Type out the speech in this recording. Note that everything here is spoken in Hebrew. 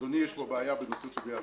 אדוני, יש פה בעיה בנושא סוגי הרכב.